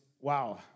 wow